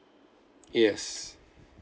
yes